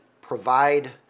provide